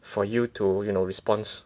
for you to you know response